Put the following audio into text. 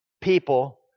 people